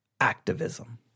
activism